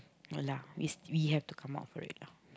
no lah is we have to come out for it lah